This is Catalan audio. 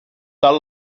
tal